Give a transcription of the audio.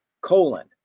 colon